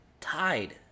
tied